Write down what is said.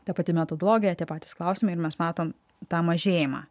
ta pati metodologija tie patys klausimai ir mes matom tą mažėjimą